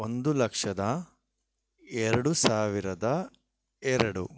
ಒಂದು ಲಕ್ಷದ ಎರಡು ಸಾವಿರದ ಎರಡು